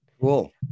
cool